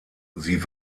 sie